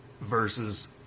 versus